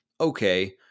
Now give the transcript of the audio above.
okay